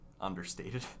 understated